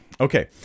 Okay